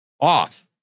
off